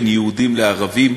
בין יהודים לערבים,